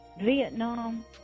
Vietnam